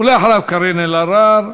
ואחריו, קארין אלהרר.